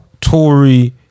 Tory